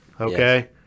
okay